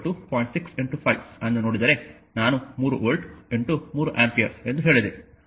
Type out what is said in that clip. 6 5 ಅನ್ನು ನೋಡಿದರೆ ನಾನು 3 ವೋಲ್ಟ್ 3 ಆಂಪಿಯರ್ ಎಂದು ಹೇಳಿದೆ